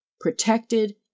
protected